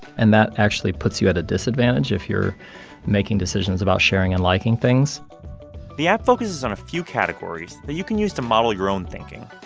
and that actually puts you at a disadvantage if you're making decisions about sharing and liking things the app focuses on a few categories that you can use to model your own thinking.